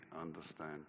understand